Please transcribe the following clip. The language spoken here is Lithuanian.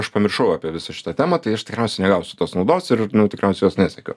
aš pamiršau apie visą šitą temą tai aš tikriausiai negausiu tos naudos ir nu tikriausiai jos nesiekiu